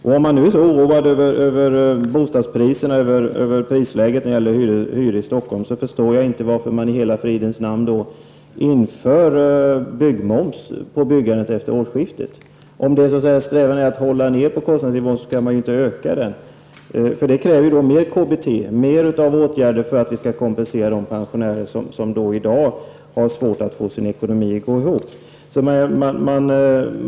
Om man nu är så oroad för bostadspriserna och hyrorna i Stockholm, förstår jag inte varför man i hela fridens namn vill införa byggmoms på byggandet efter årsskiftet. Om strävan är att hålla kostnadsnivån nere skall man inte höja den. Det kräver ju mer KBT, fler åtgärder för att kompensera de pensionärer som i dag har svårt att få sin ekonomi att gå ihop.